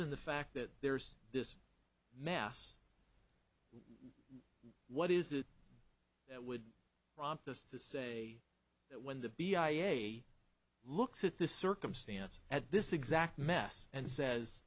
than the fact that there's this mass what is it that would prompt us to say that when the b i a looks at this circumstance at this exact mess and says